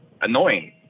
annoying